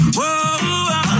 Whoa